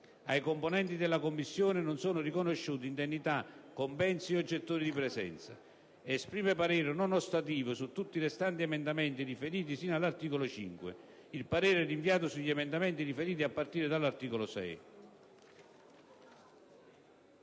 "Ai componenti della Commissione non sono riconosciuti indennità, compensi o gettoni di presenza". Esprime parere non ostativo su tutti i restanti emendamenti riferiti sino all'articolo 5. Il parere è rinviato sugli emendamenti riferiti a partire dall'articolo 6».